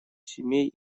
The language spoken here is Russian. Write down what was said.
семей